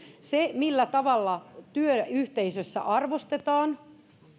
se millä tavalla työyhteisössä arvostetaan